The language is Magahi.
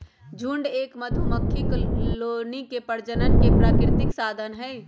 झुंड एक मधुमक्खी कॉलोनी के प्रजनन के प्राकृतिक साधन हई